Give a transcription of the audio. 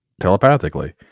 telepathically